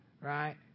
right